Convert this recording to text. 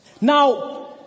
Now